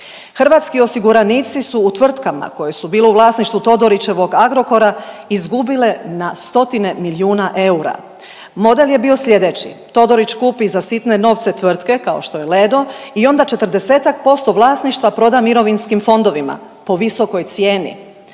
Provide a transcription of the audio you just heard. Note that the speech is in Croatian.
Hrvatski osiguranici su u tvrtkama, koje su, bilo u vlasništvu Todorićevog Agrokora, izgubile na stotine milijuna eura. Model je bio sljedeći, Todorić kupi za sitne novce tvrtke kao što je Ledo i onda 40-ak postoj vlasništva proda mirovinskim fondovima po visokoj cijeni.